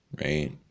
Right